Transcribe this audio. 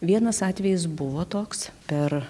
vienas atvejis buvo toks per